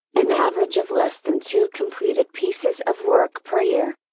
an average of less than two completed pieces of work per year!